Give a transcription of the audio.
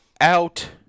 out